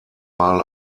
mal